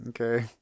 Okay